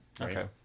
Okay